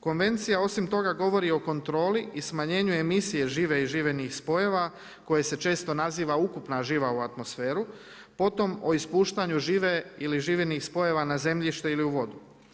Konvencija osim toga govori o kontroli i smanjenju emisija žive i živinih spojeva, koje se često naziva ukupna živa u atmosferi, potom o ispuštanju žive ili živinih spojeva na zemlji što ide u vodu.